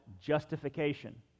justification